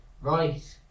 Right